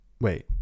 wait